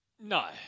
No